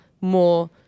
more